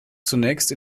zunächst